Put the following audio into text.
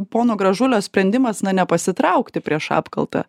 pono gražulio sprendimas na ne pasitraukti prieš apkaltą